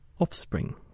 offspring